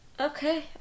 Okay